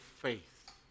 faith